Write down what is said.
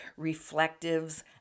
reflectives